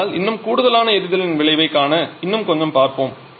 ஆனால் இன்னும் கூடுதலான எரிதலின் விளைவைக் காண இன்னும் கொஞ்சம் பார்ப்போம்